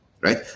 right